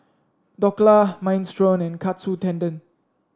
Dhokla Minestrone and Katsu Tendon